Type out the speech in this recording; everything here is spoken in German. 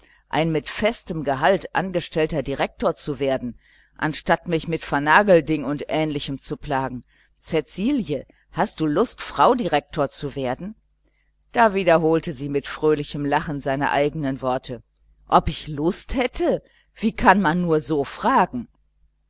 ein mit festem gehalt angestellter direktor zu werden anstatt mich mit vernagelding und ähnlichen zu plagen cäcilie hast du lust frau direktor zu werden da wiederholte sie mit fröhlichem lachen seine eigenen worte ob ich lust hätte wie kann man nur so fragen